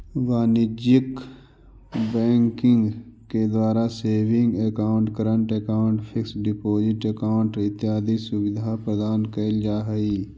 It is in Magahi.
वाणिज्यिक बैंकिंग के द्वारा saving account, current account, fix deposit account इत्यादि सुविधा प्रदान कैल जा हइ